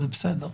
זה בסדר.